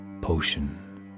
potion